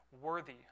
worthy